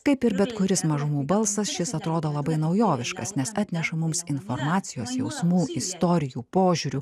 kaip ir bet kuris mažumų balsas šis atrodo labai naujoviškas nes atneša mums informacijos jausmų istorijų požiūrių